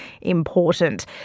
important